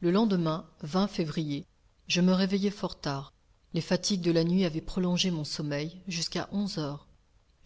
le lendemain février je me réveillais fort tard les fatigues de la nuit avaient prolongé mon sommeil jusqu'à onze heures